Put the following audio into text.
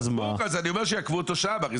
שיעכבו אותו שם.